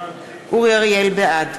בעד